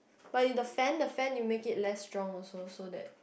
but the fan the fan you make it less strong also so that